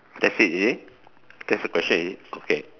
that's is it that's the question already okay